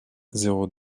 zéro